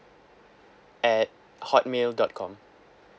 at hotmail dot com